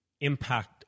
impact